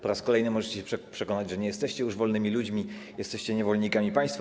Po raz kolejny możecie się przekonać, że nie jesteście już wolnymi ludźmi, jesteście niewolnikami państwa.